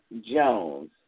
Jones